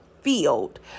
field